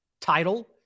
title